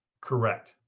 Correct